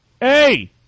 Hey